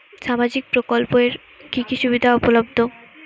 সামাজিক প্রকল্প এর কি কি সুবিধা উপলব্ধ?